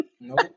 Nope